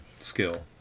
skill